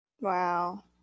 Wow